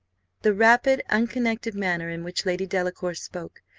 the rapid, unconnected manner in which lady delacour spoke,